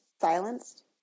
silenced